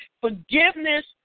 Forgiveness